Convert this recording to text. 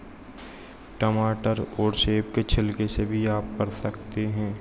टमाटर और सेब के छिलके से भी आप कर सकते हैं